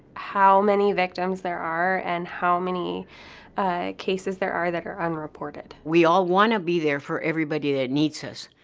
how many victims there are and how many cases there are that are unreported. we all want to be there for everybody that needs us.